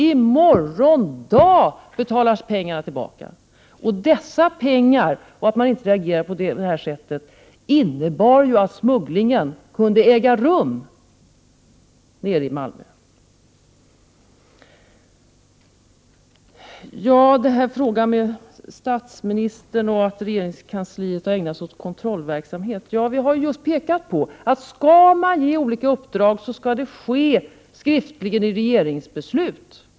I morgon dag betalas pengarna tillbaka! Att man inte reagerade på det här sättet innebar ju att smugglingen med hjälp av dessa pengar kunde äga rum nere i Malmö. När det gäller statsministern och frågan om att regeringskansliet har ägnat sig åt kontrollverksamhet har vi pekat på att om en ledamot av regeringen skall ge uppdrag åt någon, så skall det ske skriftligen i regeringsbeslut.